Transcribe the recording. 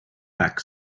back